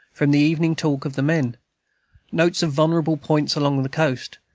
from the evening talk of the men notes of vulnerable points along the coast,